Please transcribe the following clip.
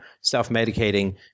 self-medicating